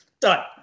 Done